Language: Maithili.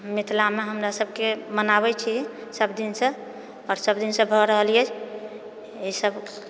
हऽ मिथिलामे हमरा सभकेँ मनाबै छी सभ दिनसँ आओर सभ दिनसँ भए रहल अछि एहिसभ